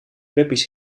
puppy’s